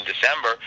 December